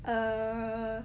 err